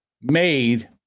made